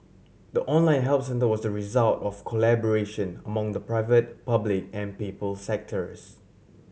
the online help centre was the result of collaboration among the private public and people sectors